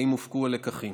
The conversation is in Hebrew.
האם הופקו הלקחים,